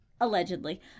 allegedly